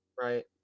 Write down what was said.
Right